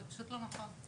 זה פשוט לא נכון.